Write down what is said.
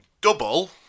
double